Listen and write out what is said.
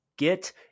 Get